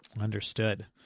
Understood